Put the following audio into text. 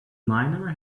miner